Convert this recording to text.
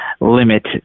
limit